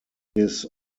his